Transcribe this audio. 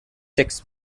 six